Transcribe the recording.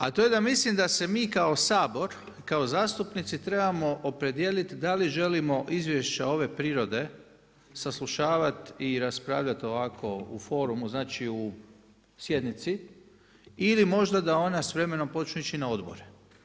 A to je da mislim da se mi kao Sabor i kao zastupnici trebamo opredijeliti da li želimo izvješća ove prirode saslušavati i raspravljati ovako u forumu, znači u sjednici ili možda da ona s vremenom počne ići na odbore.